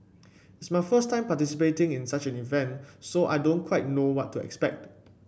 it's my first time participating in such an event so I don't quite know what to expect